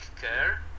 care